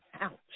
Ouch